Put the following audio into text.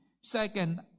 Second